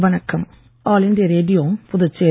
வணக்கம் all India Radio Puducherry